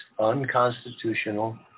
unconstitutional